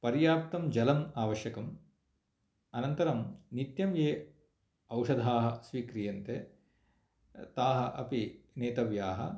पर्याप्तं जलम् आवश्यकम् अनन्तरं नित्यं ये औषधाः स्वीक्रीयन्ते ताः अपि नेतव्याः